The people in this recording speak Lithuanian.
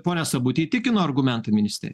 pone sabuti įtikino argumentai ministerij